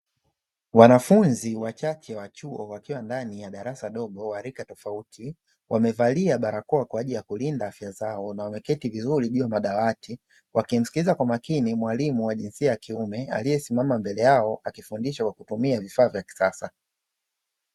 Wanafunzi wachache wa chuo wakiwa ndani ya darasa dogo wa rika tofauti, wamevalia barakoa kwa ajili ya kulinda afya zao na wameketi vizuri juu ya madawati wakimsikiliza kwa makini mwalimu wa jinsia ya kiume, aliyesimama mbele yao akifundisha kwa kutumia vifaaa vya kisasa.